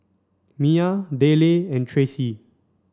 Miya Dayle and Tracee